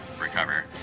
recover